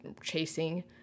chasing